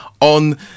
on